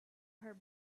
her